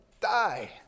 die